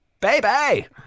Baby